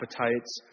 appetites